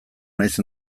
naiz